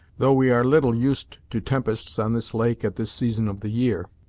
though we are little used to tempests on this lake at this season of the year.